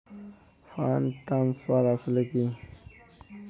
Fund transfer আসলে কী?